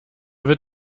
wird